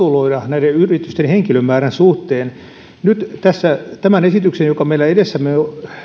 ja vatuloida näiden yritysten henkilömäärän suhteen nyt tämän esityksen joka meillä edessämme